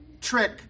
trick